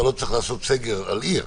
אתה לא צריך לעשות סגר על עיר.